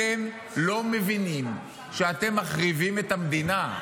אתם לא מבינים שאתם מחריבים את המדינה.